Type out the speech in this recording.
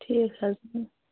ٹھیٖک حظ